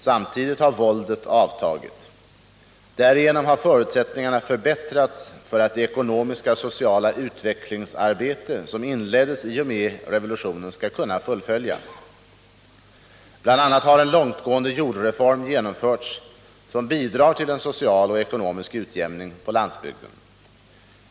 Samtidigt har våldet avtagit. Därigenom har förutsättningarna förbättrats för att det ekonomiska och sociala utvecklingsarbete som inleddes i och med revolutionen skall kunna fullföljas. Bl. a. har en långtgående jordreform genomförts som bidrar till en social och ekonomisk utjämning på landsbygden.